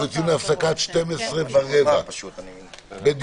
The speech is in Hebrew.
אנחנו יוצאים להפסקה עד 12:15 בדיוק.